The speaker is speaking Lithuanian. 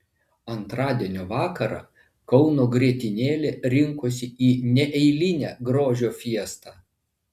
antradienio vakarą kauno grietinėlė rinkosi į neeilinę grožio fiestą